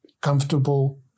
comfortable